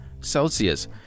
celsius